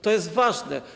To jest ważne.